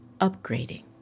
upgrading